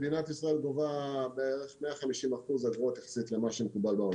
מדינת ישראל גובה בערך 150% אגרות יחסית למה שמקובל בעולם.